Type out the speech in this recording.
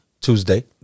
Tuesday